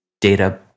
data